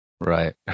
Right